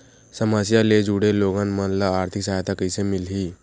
समस्या ले जुड़े लोगन मन ल आर्थिक सहायता कइसे मिलही?